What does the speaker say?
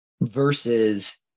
Versus